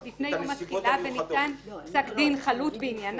"על עבירה שבוצעה לפני יום התחילה וניתן פסק דין חלוט בעניינה,